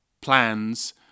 plans